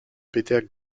peter